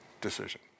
decision